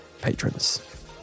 patrons